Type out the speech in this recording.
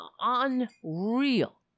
Unreal